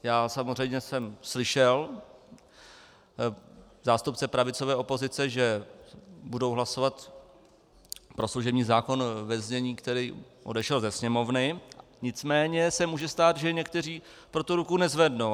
Já samozřejmě jsem slyšel zástupce pravicové opozice, že budou hlasovat pro služební zákon ve znění, které odešlo ze Sněmovny, nicméně se může stát, že někteří pro to ruku nezvednou.